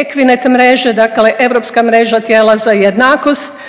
Equinet mreže, dakle Europska mreža tijela za jednakost